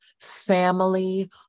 family